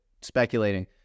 speculating